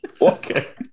Okay